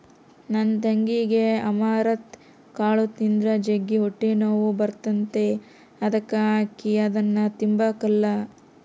ನನ್ ತಂಗಿಗೆ ಅಮರಂತ್ ಕಾಳು ತಿಂದ್ರ ಜಗ್ಗಿ ಹೊಟ್ಟೆನೋವು ಬರ್ತತೆ ಅದುಕ ಆಕಿ ಅದುನ್ನ ತಿಂಬಕಲ್ಲ